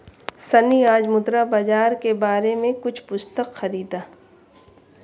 सन्नी आज मुद्रा बाजार के बारे में कुछ पुस्तक खरीदा